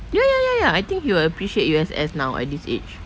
ya ya ya ya I think he will appreciate U_S_S now at this age